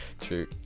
True